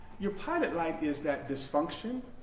your pilot light is that dysfunction,